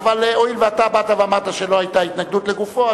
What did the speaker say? אבל הואיל ואתה באת ואמרת שלא היתה התנגדות לגופו,